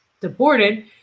deported